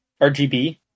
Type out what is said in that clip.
RGB